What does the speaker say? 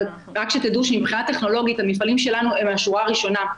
אבל רק שתדעו שמבחינה טכנולוגית המפעלים שלנו הם מהשורה הראשונה.